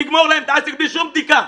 לגמור להם את העסק בלי שום בדיקה.